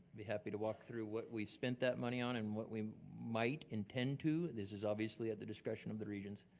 be happy to walk through what we've spent that money on and what we might intend to. this is obviously at the discretion of the regents.